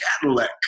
Cadillac